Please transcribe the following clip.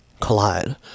collide